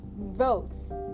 votes